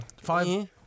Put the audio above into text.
five